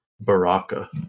Baraka